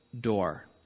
door